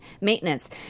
maintenance